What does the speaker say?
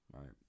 right